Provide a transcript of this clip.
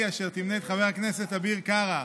אשר תמנה את חבר הכנסת אביר קארה.